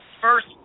First